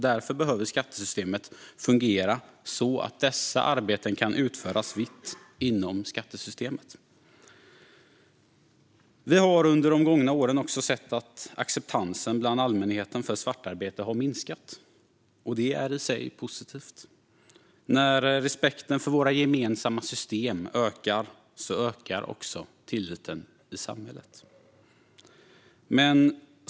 Därför behöver skattesystemet fungera så att dessa arbeten kan utföras vitt, inom skattesystemet. Vi har under de gångna åren sett att acceptansen bland allmänheten för svartarbete har minskat, och det är i sig positivt. När respekten för våra gemensamma system ökar, ökar också tilliten i samhället.